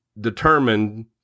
determined